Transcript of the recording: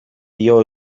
dio